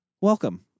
Welcome